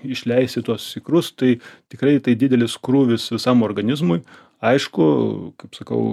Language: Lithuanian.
išleisti tuos ikrus tai tikrai tai didelis krūvis visam organizmui aišku kaip sakau